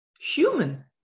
human